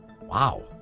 Wow